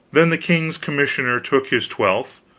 then the king's commissioner took his twentieth,